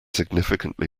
significantly